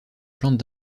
plantes